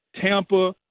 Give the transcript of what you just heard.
tampa